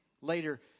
later